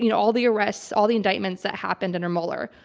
you know all the arrests, all the indictments that happened under mueller,